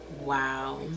Wow